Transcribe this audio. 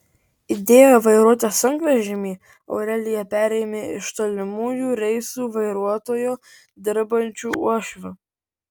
idėją vairuoti sunkvežimį aurelija perėmė iš tolimųjų reisų vairuotoju dirbančio uošvio